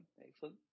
excellent